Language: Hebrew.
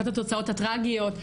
אחת התוצאות הטרגיות,